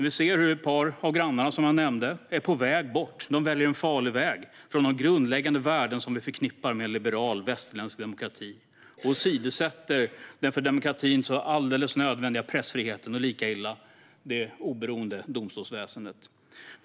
Vi ser hur ett par av våra europeiska grannar som jag nämnde väljer en farlig väg bort från de grundläggande värden som vi förknippar med en liberal västerländsk demokrati och åsidosätter den för demokratin så nödvändiga pressfriheten och - lika illa - det oberoende domstolsväsendet.